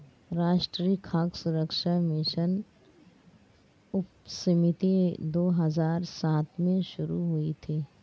राष्ट्रीय खाद्य सुरक्षा मिशन उपसमिति दो हजार सात में शुरू हुई थी